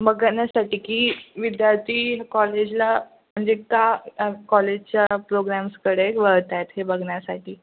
बघण्यासाठी की विद्यार्थी कॉलेजला म्हणजे का कॉलेजच्या प्रोग्रॅम्सकडे वळत आहेत हे बघण्यासाठी